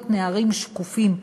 להיות נערים שקופים,